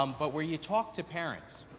um but, where you talked to parents,